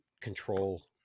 control